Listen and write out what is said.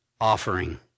offering